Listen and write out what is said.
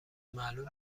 معلول